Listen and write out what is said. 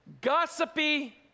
Gossipy